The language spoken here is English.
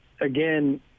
again